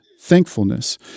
thankfulness